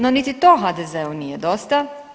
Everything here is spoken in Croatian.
No, niti to HDZ-u nije dosta.